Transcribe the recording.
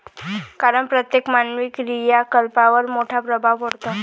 कारण प्रत्येक मानवी क्रियाकलापांवर मोठा प्रभाव पडतो